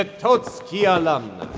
ah totsuki ah alumni.